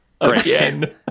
again